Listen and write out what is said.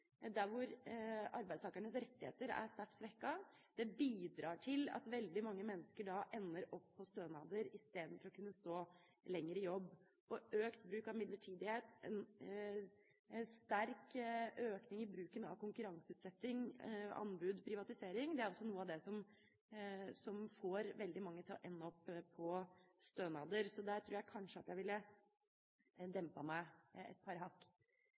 arbeidstakernes rettigheter er sterkt svekket, bidrar til at veldig mange mennesker ender opp på stønader istedenfor å kunne stå lenger i jobb. Og økt bruk av midlertidighet, en sterk økning i bruken av konkurranseutsetting, anbud og privatisering er også noe av det som får veldig mange til å ende opp på stønader. Så der tror jeg kanskje at jeg ville ha dempet meg et par hakk.